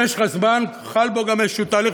במשך הזמן חל בו גם איזשהו תהליך,